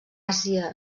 àsia